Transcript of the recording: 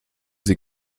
sie